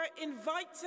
invited